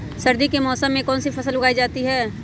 सर्दी के मौसम में कौन सी फसल उगाई जाती है?